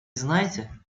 знаете